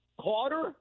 Carter